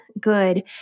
good